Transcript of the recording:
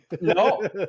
No